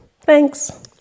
thanks